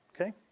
Okay